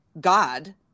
God